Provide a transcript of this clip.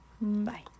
Bye